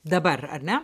dabar ar ne